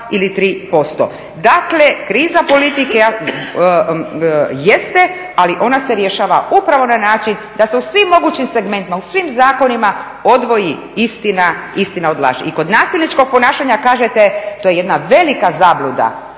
ili 3%. Dakle kriza politike jeste ali ona se rješava upravo na način da se u svim mogućim segmentima u svim zakonima odvoji istina od laži. I kod nasilničkog ponašanja kažete to je jedna velika zabluda